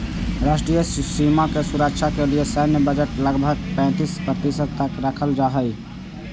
राष्ट्रीय सीमा के सुरक्षा के लिए सैन्य बजट लगभग पैंतीस प्रतिशत तक रखल जा हई